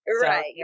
Right